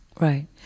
Right